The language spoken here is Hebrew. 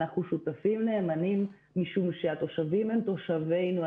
אנחנו שותפים נאמנים משום שהתושבים הם תושבינו.